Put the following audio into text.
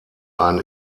ein